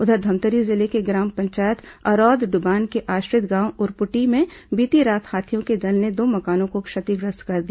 उधर धमतरी जिले के ग्राम पंचायत अरौद डुबान के आश्रित गांव उरपुटी में बीती रात हाथियों के दल ने दो मकानों को क्षतिग्रस्त कर दिया